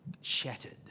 shattered